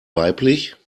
weiblich